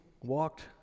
walked